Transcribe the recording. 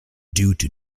due